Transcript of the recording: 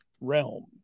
realm